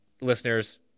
listeners